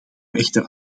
echter